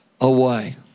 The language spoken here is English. away